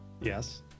yes